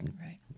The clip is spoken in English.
Right